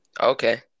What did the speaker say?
Okay